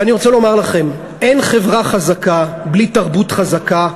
ואני רוצה לומר לכם: אין חברה חזקה בלי תרבות חזקה,